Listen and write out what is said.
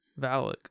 Valak